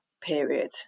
period